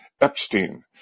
Epstein